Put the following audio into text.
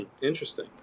interesting